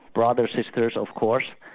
brothers, sisters of course,